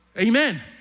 Amen